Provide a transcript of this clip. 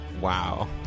Wow